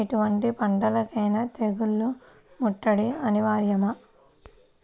ఎటువంటి పంటలకైన తెగులు ముట్టడి అనివార్యమా?